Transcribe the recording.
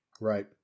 Right